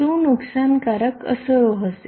શું નુકસાનકારક અસરો હશે